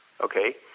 Okay